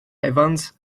evans